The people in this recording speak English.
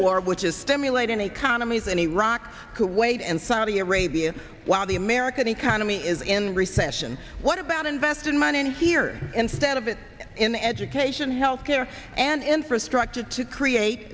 war which is stimulating economies in iraq kuwait and saudi arabia while the american economy is in recession what about investing money in here instead of it in education health care and infrastructure to create